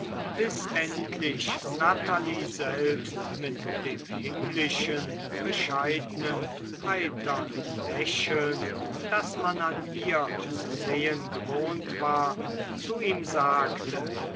bis endlich natalie selbst mit dem himmlischen bescheidnen heitern lächeln das man an ihr zu sehen gewohnt war zu ihm sagte